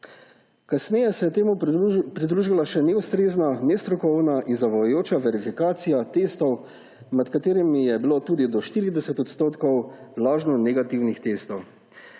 Kasneje se je temu pridružila še neustrezna, nestrokovna in zavajajoča verifikacija testov, med katerimi je bilo tudi do 40 % lažno negativnih testov.